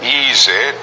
easy